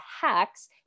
hacks